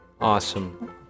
Awesome